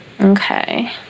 Okay